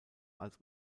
als